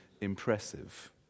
impressive